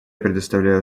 предоставляю